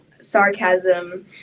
sarcasm